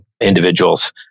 individuals